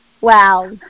Wow